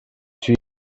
توی